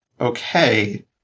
okay